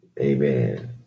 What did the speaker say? Amen